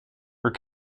her